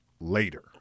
later